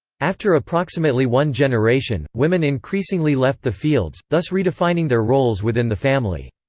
after approximately one generation, women increasingly left the fields, thus redefining their roles within the family.